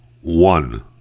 one